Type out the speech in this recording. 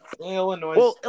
Illinois